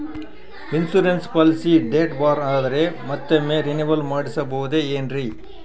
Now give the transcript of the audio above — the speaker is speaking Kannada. ಇನ್ಸೂರೆನ್ಸ್ ಪಾಲಿಸಿ ಡೇಟ್ ಬಾರ್ ಆದರೆ ಮತ್ತೊಮ್ಮೆ ರಿನಿವಲ್ ಮಾಡಿಸಬಹುದೇ ಏನ್ರಿ?